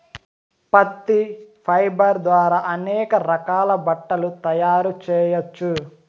పత్తి ఫైబర్ ద్వారా అనేక రకాల బట్టలు తయారు చేయచ్చు